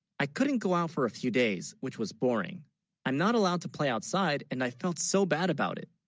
i? couldn't go out for a few. days, which was boring i'm not allowed to play outside and i felt so bad about it?